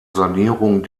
sanierung